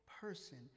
person